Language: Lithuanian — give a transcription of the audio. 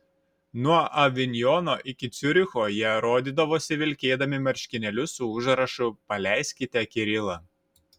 nuo avinjono iki ciuricho jie rodydavosi vilkėdami marškinėlius su užrašu paleiskite kirilą